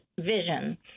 vision